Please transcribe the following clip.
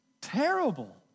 terrible